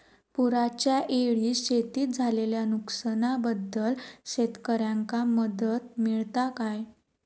पुराच्यायेळी शेतीत झालेल्या नुकसनाबद्दल शेतकऱ्यांका मदत मिळता काय?